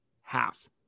Half